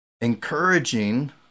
encouraging